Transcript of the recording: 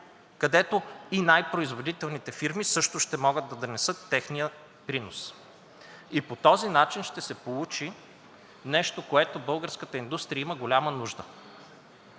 където и най-производителните фирми също ще могат да внесат своя принос и по този начин ще се получи нещо, от което българската индустрия има голяма нужда